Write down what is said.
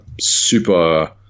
super